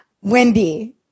wendy